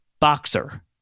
boxer